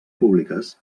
públiques